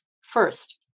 First